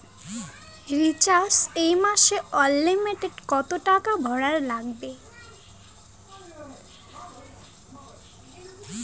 Jio sim এ মাসে unlimited কত টাকা ভরের নাগে?